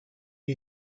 you